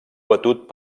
batut